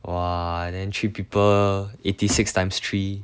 !wah! then treat people eighty six times three